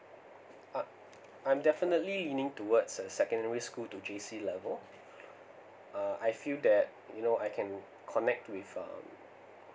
uh I'm definitely leaning towards a secondary school to J C level uh I feel that you know I can connect with um